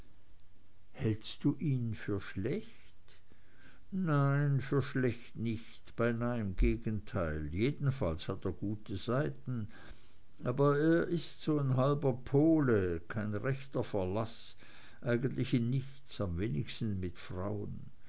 hältst du ihn für schlecht nein für schlecht nicht beinah im gegenteil jedenfalls hat er gute seiten aber er ist so'n halber pole kein rechter verlaß eigentlich in nichts am wenigsten mit frauen